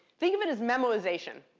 think of it as memoization.